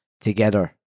together